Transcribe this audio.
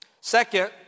Second